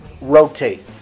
rotate